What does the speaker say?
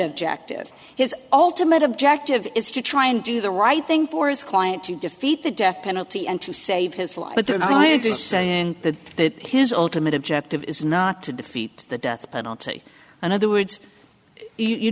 objective his ultimate objective is to try and do the right thing for his client to defeat the death penalty and to save his life but then i just saying that his ultimate objective is not to defeat the death penalty in other words you